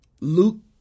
Luke